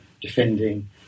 defending